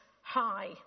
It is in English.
High